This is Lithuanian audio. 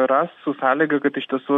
ras su sąlyga kad iš tiesų